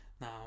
now